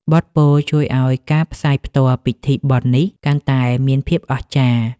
បទពាក្យពោលជួយឱ្យការផ្សាយផ្ទាល់ពិធីបុណ្យនេះ កាន់តែមានភាពអស្ចារ្យ។